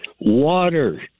water